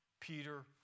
Peter